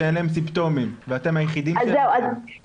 שאין להן סימפטומים ואתם היחידים --- אז אני אומרת,